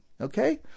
Okay